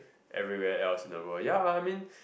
everywhere else in the world ya I mean